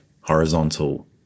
horizontal